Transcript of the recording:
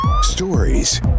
stories